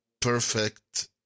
perfect